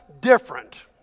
different